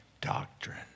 doctrine